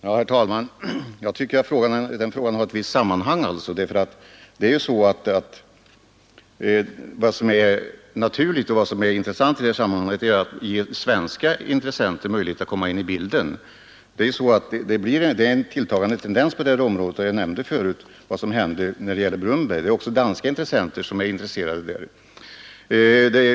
Herr talman! Jag tycker att frågorna har ett samband. Vad som är naturligt och vad som är av intresse i sammanhanget är att ge svenska intressenter möjlighet att komma in i bilden. Det är en tilltagande tendens att utländska exploatörer köper upp mark i Sverige. Jag nämnde förut vad som händer i Brunnberg. Där har också framkommit att danskar är intresserade.